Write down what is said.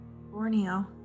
Borneo